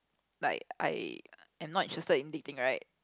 like I am not interested in dating right